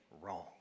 wrong